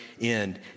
end